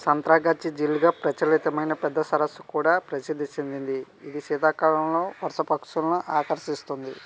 సంత్రాగాచ్చి ఝీల్ గా ప్రచలితమైన పెద్ద సరస్సుకు కూడా ప్రసిద్ధి చెందింది ఇది శీతాకాలంలో వలస పక్షులను ఆకర్షిస్తుంది